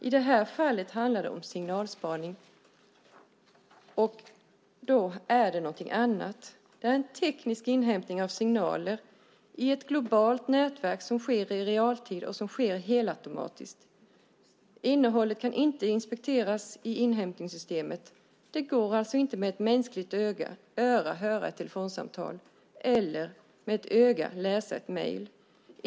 I det här fallet handlar det om signalspaning, som är någonting annat. Det är en teknisk inhämtning av signaler i ett globalt nätverk som sker i realtid och helautomatiskt. Innehållet kan inte inspekteras i inhämtningssystemet. Det går alltså inte att med ett mänskligt öra höra ett telefonsamtal eller med ett mänskligt öga läsa ett mejl.